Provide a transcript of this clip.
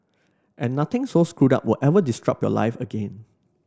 and nothing so screwed up will ever disrupt your life again